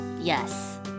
Yes